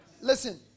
Listen